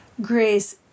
grace